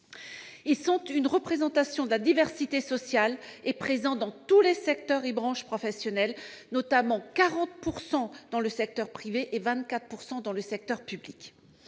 Ils sont une représentation de la diversité sociale et présents dans tous les secteurs et branches professionnels. En particulier, 40 % exercent dans le secteur privé et 24 % dans le secteur public.